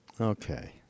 Okay